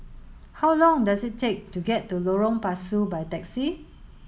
how long does it take to get to Lorong Pasu by taxi